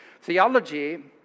theology